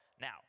Now